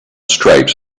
stripes